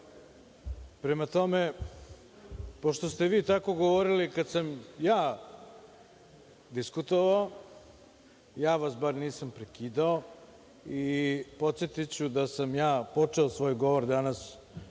je. Prema tome, pošto ste vi tako govorili kad sam ja diskutovao, ja vas bar nisam prekidao i podsetiću da sam ja počeo svoj govor danas